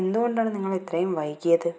എന്തുകൊണ്ടാണ് നിങ്ങൾ ഇത്രയും വൈകിയത്